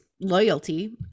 loyalty